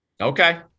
Okay